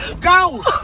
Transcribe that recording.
go